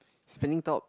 spinning top